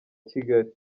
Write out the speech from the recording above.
kigali